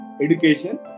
education